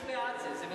אנחנו בעד זה.